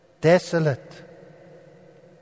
Desolate